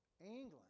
England